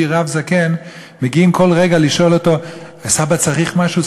רב זקן מגיעים כל רגע לשאול אותו: סבא צריך משהו?